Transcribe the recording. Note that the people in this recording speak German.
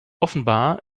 offenbar